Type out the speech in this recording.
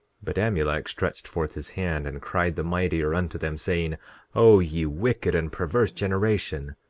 but amulek stretched forth his hand, and cried the mightier unto them, saying o ye wicked and perverse generation,